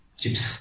chips